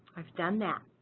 i've done that,